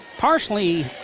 partially